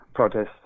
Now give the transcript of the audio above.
Protests